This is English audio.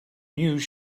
news